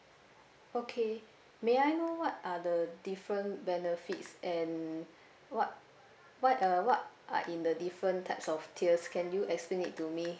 okay may I know what are the different benefits and what what uh what are in the different types of tiers can you explain it to me